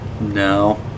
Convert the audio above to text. No